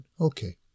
Okay